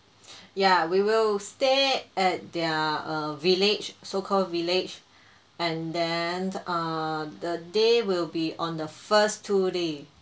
ya we will stay at their err village so called village and then err the day will be on the first two day